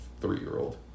three-year-old